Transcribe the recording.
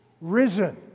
risen